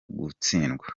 gutsindwa